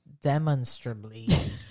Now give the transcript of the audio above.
demonstrably